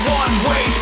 one-way